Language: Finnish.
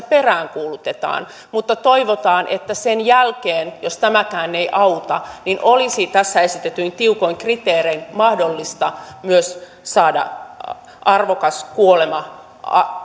peräänkuulutetaan mutta toivotaan että sen jälkeen jos tämäkään ei auta olisi tässä esitetyin tiukoin kriteerein mahdollista myös saada arvokas kuolema